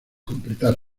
completar